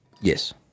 Yes